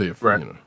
Right